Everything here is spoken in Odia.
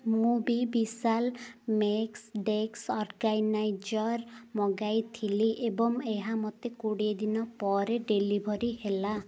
ମୁଁ ବି ବିଶାଲ ମେଶ୍ ଡେସ୍କ୍ ଅର୍ଗାନାଇଜର୍ ମଗାଇଥିଲି ଏବଂ ଏହା ମୋତେ କୋଡ଼ିଏ ଦିନ ପରେ ଡେଲିଭର୍ ହେଲା